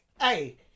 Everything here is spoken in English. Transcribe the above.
hey